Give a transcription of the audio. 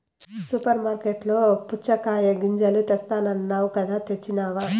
super మార్కట్లలో పుచ్చగాయ గింజలు తెస్తానన్నావ్ కదా తెచ్చినావ